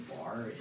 bar